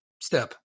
step